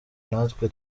natwe